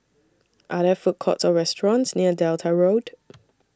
Are There Food Courts Or restaurants near Delta Road